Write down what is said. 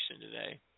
today